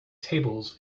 tables